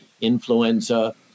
influenza